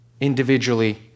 individually